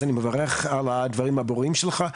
אז אני מברך על הדברים הברורים שלך.